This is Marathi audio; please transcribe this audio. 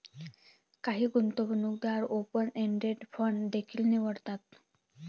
काही गुंतवणूकदार ओपन एंडेड फंड देखील निवडतात